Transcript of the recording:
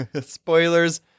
Spoilers